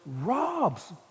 robs